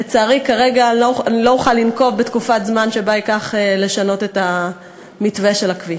לצערי כרגע לא אוכל לנקוב בתקופת זמן שבה ישונה המתווה של הכביש.